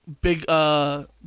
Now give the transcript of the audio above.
Big